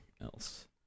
else